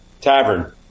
Tavern